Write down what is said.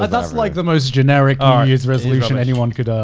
but that's like the most generic ah yeah resolution anyone could.